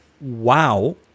wow